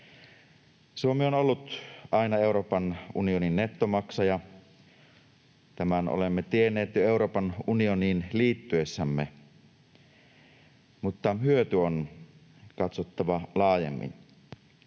Suomi on ollut aina Euroopan unionin nettomaksaja. Tämän olemme tienneet jo Euroopan unioniin liittyessämme, mutta hyöty on katsottava laajemmin.